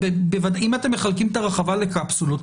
אם אתם מחלקים את הרחבה לקפסולות,